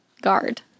guard